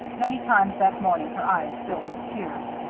many times that morning her eyes filled with tears.